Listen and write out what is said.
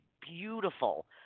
beautiful